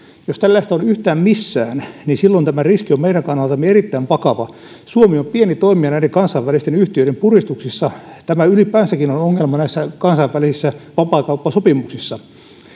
jos tällaista on yhtään missään niin silloin tämä riski on meidän kannaltamme erittäin vakava suomi on pieni toimija näiden kansainvälisten yhtiöiden puristuksessa tämä ylipäänsäkin on ongelma näissä kansainvälisissä vapaakauppasopimuksissa